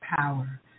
power